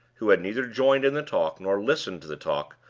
who had neither joined in the talk nor listened to the talk,